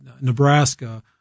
Nebraska